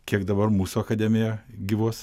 kiek dabar mūsų akademija gyvuos